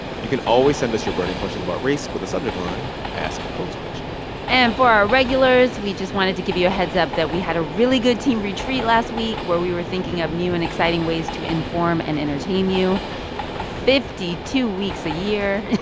you can always send us your burning questions about race with the subject line ask code switch and for our regulars, we just wanted to give you a heads-up that we had a really good team retreat last week where we were thinking up new and exciting ways to inform and entertain you fifty two weeks a year,